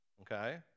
okay